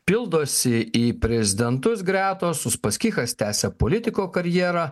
pildosi į prezidentus gretos uspaskichas tęsia politiko karjerą